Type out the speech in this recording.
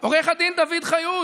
עו"ד דוד חיות,